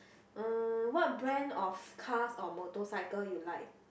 uh what brand of cars or motorcycle you like